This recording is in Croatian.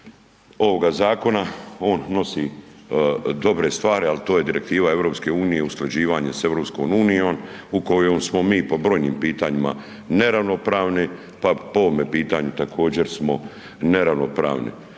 ovoga zakona on nosi dobre stvari, al to je direktiva EU, usklađivanje s EU u kojoj smo mi po brojnim pitanjima neravnopravni, pa po ovome pitanju također smo neravnopravni.